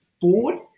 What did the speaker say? forward